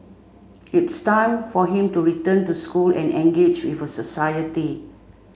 it's time for him to return to school and engage with society